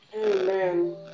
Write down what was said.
amen